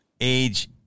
Age